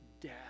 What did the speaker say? death